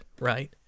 right